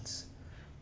~s